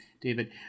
david